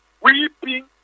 weeping